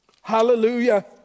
Hallelujah